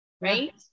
right